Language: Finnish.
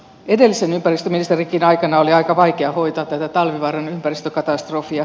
edellisen ympäristöministerinkin aikana oli aika vaikea hoitaa tätä talvivaaran ympäristökatastrofia